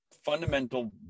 Fundamental